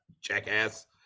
jackass